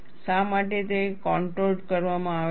શા માટે તે કોન્ટોર્ડ કરવામાં આવે છે